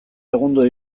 segundo